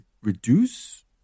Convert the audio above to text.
Reduce